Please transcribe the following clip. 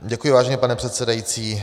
Děkuji, vážený pane předsedající.